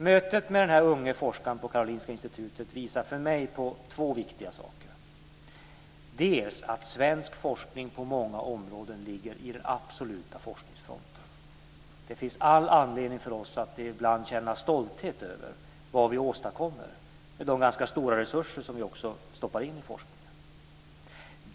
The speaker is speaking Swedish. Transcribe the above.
Mötet med denna unga forskare på Karolinska institutet visar för mig på två viktiga saker: dels att svensk forskning på många områden ligger i den absoluta forskningsfronten. Det finns all anledning för oss att ibland känna stolthet över vad vi åstadkommer med de ganska stora resurser som vi "stoppar in" i forskningen.